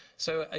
so ah